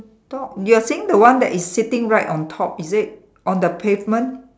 dog you are saying the one that is sitting right on top is it on the pavement